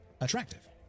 attractive